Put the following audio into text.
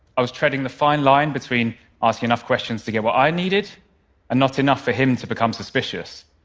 i was treading the fine line between asking enough questions to get what i needed and not enough for him to become suspicious,